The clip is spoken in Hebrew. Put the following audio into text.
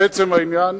לעצם העניין,